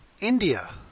India